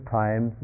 time